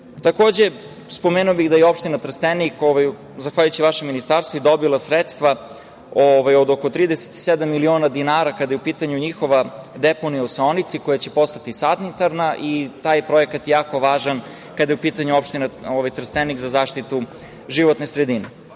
kraja. Takođe, spomenuo bih da je opština Trstenik, zahvaljujući vašem Ministarstvu, dobila sredstva od oko 37 miliona dinara, kada je u pitanju njihova deponija u Saonici, koja će postati sanitarna, i taj projekat je jako važan, kada je u pitanju opština Trstenik, za zaštitu životne sredine. Takođe,